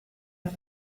off